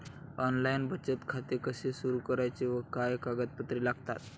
Online बचत खाते कसे सुरू करायचे व काय कागदपत्रे लागतात?